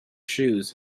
shoes